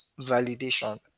validation